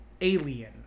alien